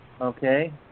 Okay